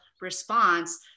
response